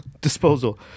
Disposal